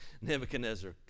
Nebuchadnezzar